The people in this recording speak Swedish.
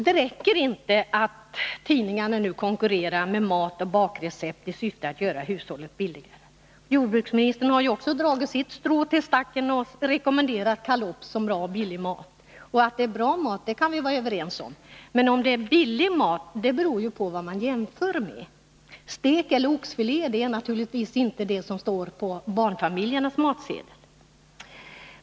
Det räcker inte att tidningarna nu konkurrerar med matoch bakrecept i syfte att göra hushållet billigare. Jordbruksministern har ju också dragit sitt strå till stacken och rekommenderat kalops som bra och billig mat. Att det är bra mat kan vi vara överens om, men om det är billig mat beror ju på vad man jämför med. Stek eller oxfilé är naturligtvis inte sådant som står på barnfamiljernas matsedel.